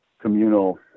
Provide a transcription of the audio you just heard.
communal